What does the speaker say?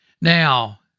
Now